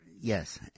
Yes